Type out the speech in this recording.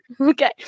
Okay